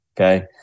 Okay